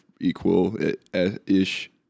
equal-ish